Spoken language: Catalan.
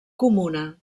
comuna